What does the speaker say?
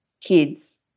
kids